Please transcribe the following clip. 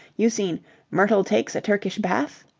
you seen myrtle takes a turkish bath?